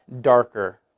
darker